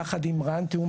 יחד עם רן, תיאום